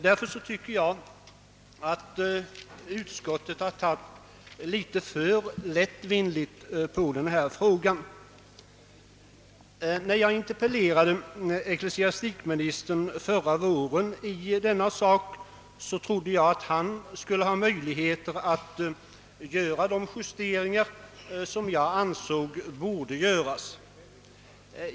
Jag tycker därför att utskottet tagit något för lättvindigt på frågan. När jag förra våren interpellerade ecklesiastikministern i detta ärende trodde jag att han skulle ha möjligheter att göra de justeringar som enligt min mening borde genomföras.